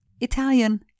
Italian